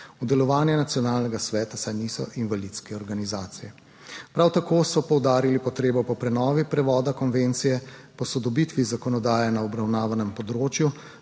v delovanje nacionalnega sveta, saj niso invalidske organizacije. Prav tako so poudarili potrebo po prenovi prevoda konvencije, posodobitvi zakonodaje na obravnavanem področju